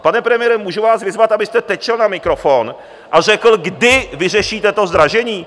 Pane premiére, můžu vás vyzvat, abyste teď šel na mikrofon a řekl, kdy vyřešíte to zdražení?